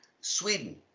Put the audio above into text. Sweden